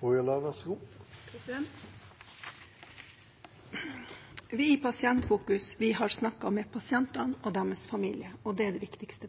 deres familie, og det er det viktigste.